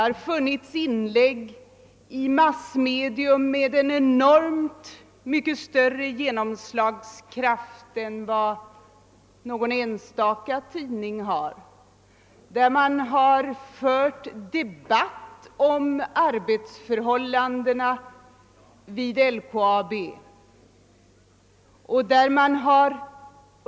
I ett massmedium med enormt mycket större genomslagskraft än någon enstaka tidning har arbetsförhållandena vid LKAB debatterats.